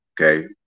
okay